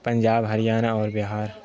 پنجاب ہریانہ اور بہار